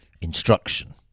instruction